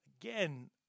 Again